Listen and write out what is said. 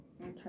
Okay